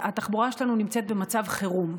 התחבורה שלנו נמצאת במצב חירום.